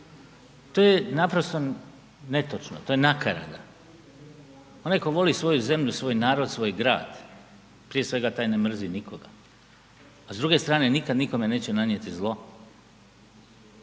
to je naprosto netočno, to je nakarada, onaj koji voli svoju zemlju, svoj narod, svoj grad, prije svega taj ne mrzi nikoga, a s druge strane nikad nikome neće nanijeti zlo,